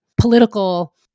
political